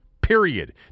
Period